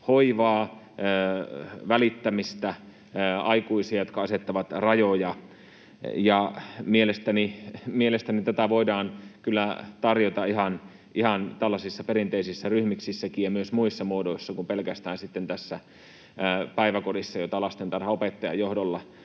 hoivaa, välittämistä, aikuisia, jotka asettavat rajoja. Mielestäni tätä voidaan kyllä tarjota ihan tällaisissa perinteisissä ryhmiksissäkin ja myös muissa muodoissa kuin pelkästään sitten päiväkodissa, jossa lastentarhanopettajan johdolla